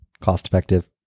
cost-effective